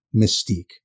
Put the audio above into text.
Mystique